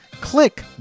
click